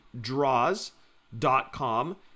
Draws.com